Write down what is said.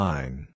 Line